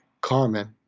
Carmen